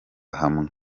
hamwe